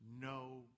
no